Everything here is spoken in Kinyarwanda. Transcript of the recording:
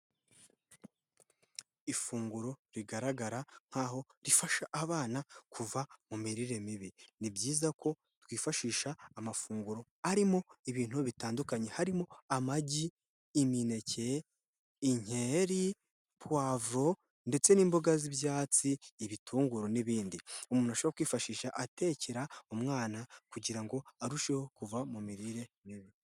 Ifunguro rigaragara nk'aho rifasha abana kuva mu mirire mibi, ni byiza ko twifashisha amafunguro arimo ibintu bitandukanye, harimo amagi, imineke, inkeri, puwavuro ndetse n'imboga z'ibyatsi, ibitunguru n'ibindi, umuntu ashobora kwifashisha atekera umwana kugira ngo arusheho kuva mu mirire mibi.